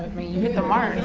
mean, you hit the mark.